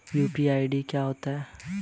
UPI क्या होता है?